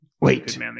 Wait